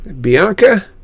Bianca